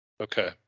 okay